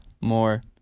more